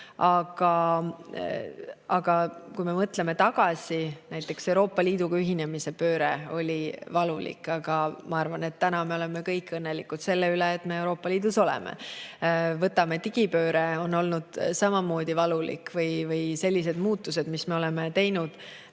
Kui me mõtleme tagasi, siis näiteks Euroopa Liiduga ühinemise pööre oli valulik, aga ma arvan, et täna me oleme kõik õnnelikud selle üle, et me Euroopa Liidus oleme. Võtame digipöörde: see on olnud samamoodi valulik, või sellised muutused, mis me oleme teinud.